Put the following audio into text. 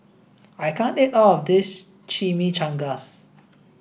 I can't eat all of this Chimichangas